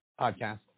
podcast